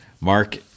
Mark